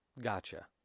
Gotcha